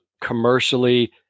commercially